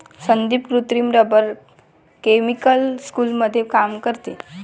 संदीप कृत्रिम rubber chemical स्कूलमध्ये काम करते